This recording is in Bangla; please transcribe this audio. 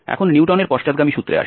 এখন নিউটনের পশ্চাৎগামী সূত্রে আসি